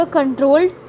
controlled